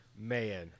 man